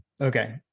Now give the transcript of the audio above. okay